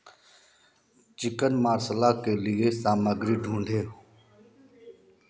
chicken marsala के लिए सामग्री ढूँढो